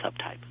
subtype